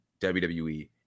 WWE